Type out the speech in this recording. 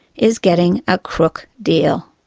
is getting a crook deal.